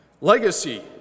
Legacy